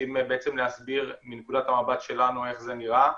רוצים להסביר מנקודת המבט שלנו איך זה נראה,